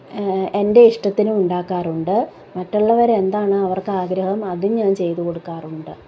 എന്റെ ഇഷ്ടത്തിനും ഉണ്ടാക്കാറുണ്ട് മറ്റുള്ളവർ എന്താണ് അവർക്ക് ആഗ്രഹം അതും ഞാൻ ചെയ്തു കൊടുക്കാറുണ്ട്